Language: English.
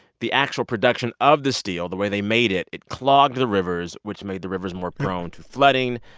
the actual production of the steel, the way they made it, it clogged the rivers, which made the rivers more prone to flooding,